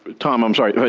tom, i'm sorry.